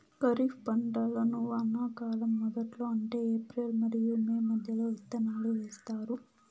ఖరీఫ్ పంటలను వానాకాలం మొదట్లో అంటే ఏప్రిల్ మరియు మే మధ్యలో విత్తనాలు వేస్తారు